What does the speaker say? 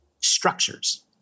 structures